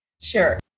Sure